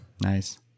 Nice